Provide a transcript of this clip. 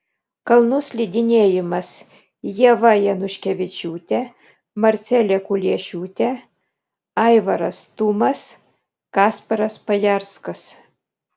kalnų slidinėjimas ieva januškevičiūtė marcelė kuliešiūtė aivaras tumas kasparas pajarskas